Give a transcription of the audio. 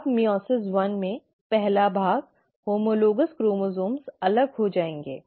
अब मइओसिस एक में पहला भाग होमोलोगॅस क्रोमोसोम्स अलग हो जाएंगे